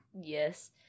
Yes